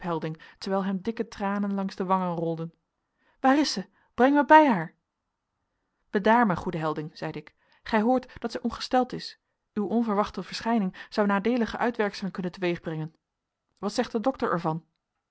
terwijl hem dikke tranen langs de wangen rolden waar is zij breng mij bij haar bedaar mijn goede helding zeide ik gij hoort dat zij ongesteld is uw onverwachte verschijning zou nadeelige uitwerkselen kunnen teweegbrengen wat zegt er de dokter